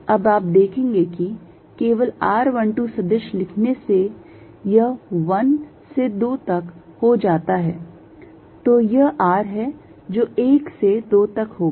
अब आप देखेंगे कि केवल r12 सदिश लिखने से यह 1 से 2 तक जाता है तो यह r है जो 1 से 2 तक होगा